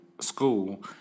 school